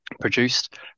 produced